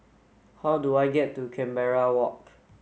how do I get to Canberra Walk